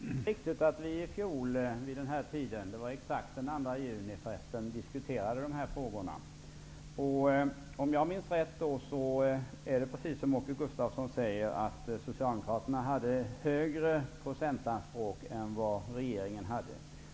Herr talman! Det är riktigt att vi i fjol vid denna tid, det var den 2 juni, diskuterade dessa frågor. Om jag minns rätt är det precis som Åke Gustavsson säger, nämligen att Socialdemokraterna hade högre procentanspråk än regeringen.